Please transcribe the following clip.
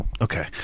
Okay